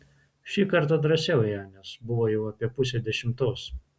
šį kartą drąsiau ėjo nes buvo jau apie pusė dešimtos